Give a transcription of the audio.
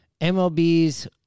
MLB's